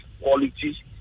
quality